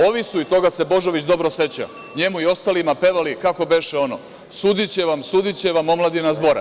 Ovi su, i toga se Božović dobro seća, njemu i ostalima pevali, kako beše ono – Sudiće vam, sudiće vam omladina Zbora.